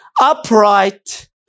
upright